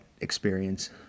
experience